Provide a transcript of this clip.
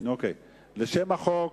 עוברים להצבעה על שם החוק